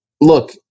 look